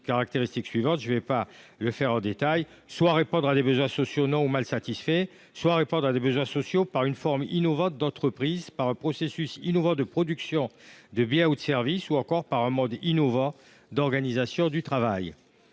caractéristiques – soit répondre à des besoins sociaux non ou mal satisfaits, soit répondre à des besoins sociaux par une forme innovante d’entreprise, par un processus innovant de production de biens ou de services ou encore par un mode innovant d’organisation du travail.